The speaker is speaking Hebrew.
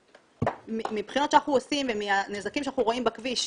מבחינת הנזקים שאנחנו רואים בכביש,